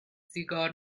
سیگار